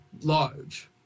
large